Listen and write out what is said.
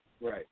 Right